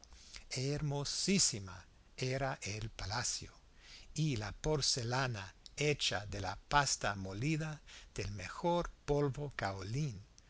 azul hermosísimo era el palacio y la porcelana hecha de la pasta molida del mejor polvo kaolín